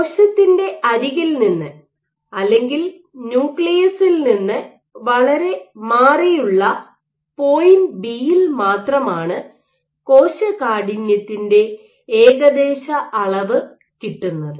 കോശത്തിന്റെ അരികിൽ നിന്ന് അല്ലെങ്കിൽ ന്യൂക്ലിയസിൽ നിന്ന് വളരെ മാറിയുള്ള പോയിന്റ് ബി യിൽ മാത്രമാണ് കോശകാഠിന്യത്തിന്റെ ഏകദേശ അളവ് കിട്ടുന്നത്